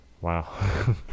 Wow